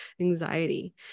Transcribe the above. anxiety